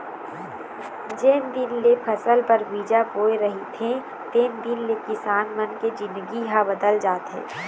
जेन दिन ले फसल बर बीजा बोय रहिथे तेन दिन ले किसान मन के जिनगी ह बदल जाथे